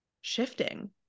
shifting